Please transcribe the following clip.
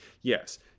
Yes